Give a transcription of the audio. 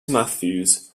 matthews